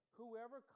whoever